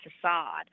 facade